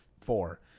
four